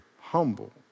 humble